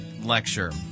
lecture